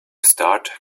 start